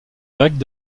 grecque